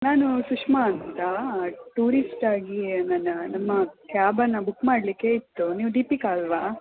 ನಾನು ಸುಷ್ಮಾ ಅಂತ ಟೂರಿಸ್ಟಾಗಿ ನನ್ನ ನಮ್ಮ ಕ್ಯಾಬನ್ನು ಬುಕ್ ಮಾಡಲಿಕ್ಕೆ ಇತ್ತು ನೀವು ದೀಪಿಕಾ ಅಲ್ವಾ